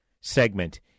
segment—